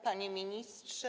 Panie Ministrze!